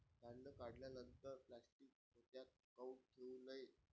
धान्य काढल्यानंतर प्लॅस्टीक पोत्यात काऊन ठेवू नये?